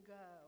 go